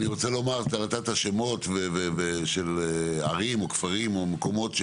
אתה נתת שמות של ערים או כפרים או מקומות.